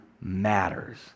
matters